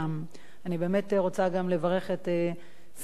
אני באמת רוצה גם לברך את שר החינוך,